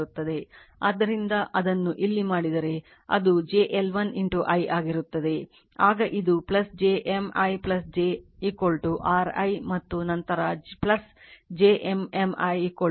ಆದ್ದರಿಂದ ಅದನ್ನು ಇಲ್ಲಿ ಮಾಡಿದರೆ ಅದು j L1 i ಆಗಿರುತ್ತದೆ ಆಗ ಇದು j M i j r i ಮತ್ತು ನಂತರ j M M i v